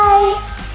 Bye